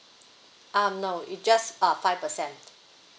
um no it just uh five percent